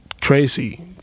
crazy